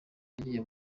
yagiye